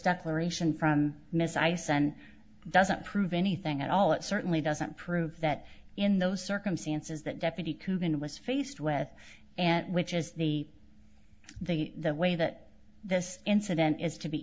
declaration from miss ice and doesn't prove anything at all it certainly doesn't prove that in those circumstances that deputy coogan was faced with and which is the the the way that this incident is to be